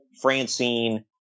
francine